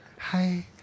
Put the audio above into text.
hi